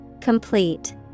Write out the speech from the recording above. Complete